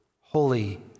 holy